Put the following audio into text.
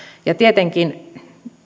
ja tietenkin